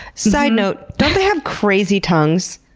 so you know don't they have crazy tongues?